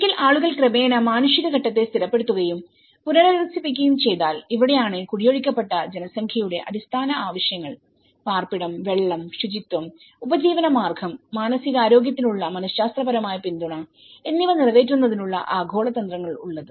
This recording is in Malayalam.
ഒരിക്കൽ ആളുകൾ ക്രമേണ മാനുഷിക ഘട്ടത്തെ സ്ഥിരപ്പെടുത്തുകയും പുനരധിവസിപ്പിക്കുകയും ചെയ്താൽ ഇവിടെയാണ് കുടിയൊഴിപ്പിക്കപ്പെട്ട ജനസംഖ്യയുടെ അടിസ്ഥാന ആവശ്യങ്ങൾ പാർപ്പിടം വെള്ളം ശുചിത്വം ഉപജീവനമാർഗം മാനസികാരോഗ്യത്തിനുള്ള മനഃശാസ്ത്രപരമായ പിന്തുണ എന്നിവ നിറവേറ്റുന്നതിനുള്ള ആഗോള തന്ത്രങ്ങൾ ഉള്ളത്